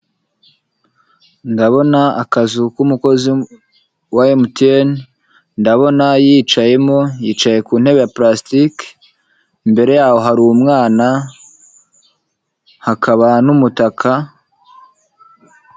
Ndabona akazu k'umukozi wa emutiyeni ndabona yicayemo yicaye ku ntebe ya purasitike imbere yaho hari umwana hakaba n'umutaka.